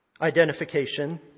identification